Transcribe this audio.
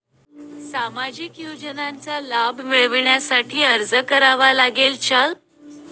सामाजिक योजनांचा लाभ मिळविण्यासाठी अर्ज करावा लागेल का?